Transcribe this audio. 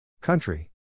Country